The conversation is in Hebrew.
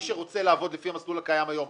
מי שרוצה לעבוד לפי המסלול הקיים היום,